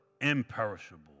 imperishable